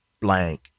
blank